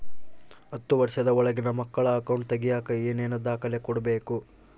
ಹತ್ತುವಷ೯ದ ಒಳಗಿನ ಮಕ್ಕಳ ಅಕೌಂಟ್ ತಗಿಯಾಕ ಏನೇನು ದಾಖಲೆ ಕೊಡಬೇಕು?